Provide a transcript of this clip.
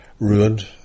ruined